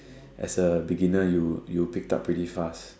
as a beginner you picked up pretty fast